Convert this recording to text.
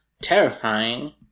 terrifying